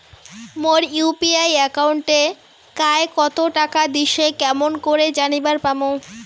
মোর UPI একাউন্টে কায় কতো টাকা দিসে কেমন করে জানিবার পামু?